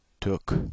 Took